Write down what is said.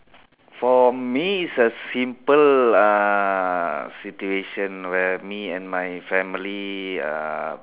for me it's a simple uh situation where me and my family uh